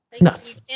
Nuts